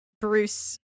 bruce